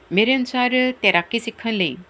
ਮੇਰੇ ਅਨੁਸਾਰ ਤੈਰਾਕੀ ਸਿੱਖਣ ਲਈ